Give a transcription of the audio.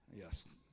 Yes